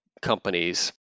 companies